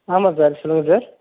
ஆமாம் சார் சொல்லுங்கள் சார்